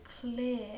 clear